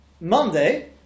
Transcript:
Monday